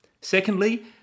Secondly